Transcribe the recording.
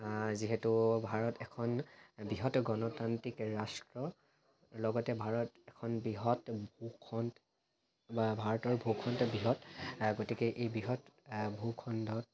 যিহেতু ভাৰত এখন বৃহৎ গণতান্ত্ৰিক ৰাষ্ট্ৰ লগতে ভাৰত এখন বৃহৎ ভূ খণ্ড বা ভাৰতৰ ভূ খণ্ড বৃহৎ গতিকে এই বৃহৎ ভূ খণ্ডত